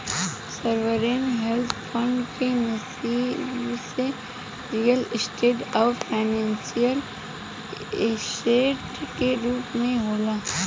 sovereign wealth fund के निबेस real state आउरी फाइनेंशियल ऐसेट के रूप में होला